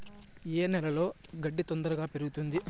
ఏ నేలలో గడ్డి తొందరగా పెరుగుతుంది